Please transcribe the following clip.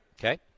okay